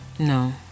No